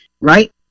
right